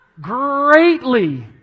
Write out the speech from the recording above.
greatly